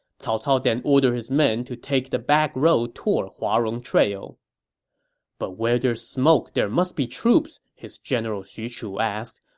cao cao then ordered his men to take the backroad toward huarong pass but where there's smoke, there must be troops, his general xu chu asked.